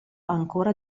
ancora